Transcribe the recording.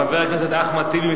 חבר הכנסת אחמד טיבי,